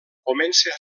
comença